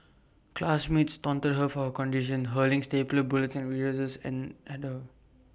classmates taunted her for her condition hurling stapler bullets and eraser ends at her